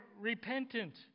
repentant